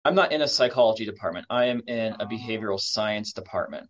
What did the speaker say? אני לא במחלקת פסיכולוגיה, אני במחלקת מדעי החברה.